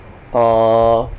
orh